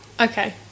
Okay